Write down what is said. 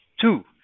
Two